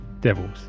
devils